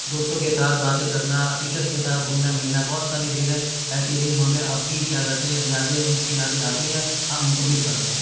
دوستوں کے ساتھ باتیں کرنا ٹیچرس کے ساتھ گھلنا ملنا بہت ساری چیزیں ایسی تھیں جو ہمیں اب بھی کیا کہتے ہیں یادیں اس کی یادیں آتی ہیں ہم ان کو مس کرتے ہیں